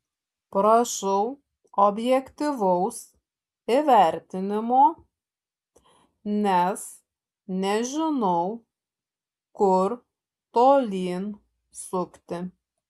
prašau objektyvaus įvertinimo nes nežinau kur tolyn sukti